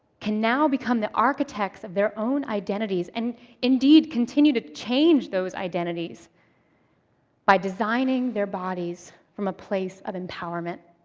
can now become the architects of their own identities and indeed continue to change those identities by designing their bodies from a place of empowerment.